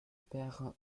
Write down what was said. pere